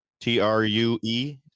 T-R-U-E